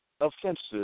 Offenses